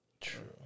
True